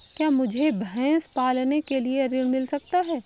क्या मुझे भैंस पालने के लिए ऋण मिल सकता है?